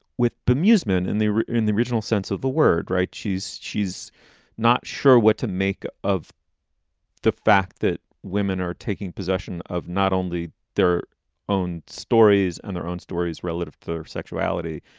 with bemusement in the in the original sense of the word. right. she's she's not sure what to make of the fact that women are taking possession of not only their own stories and their own stories relative to sexuality,